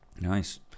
Nice